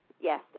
Yes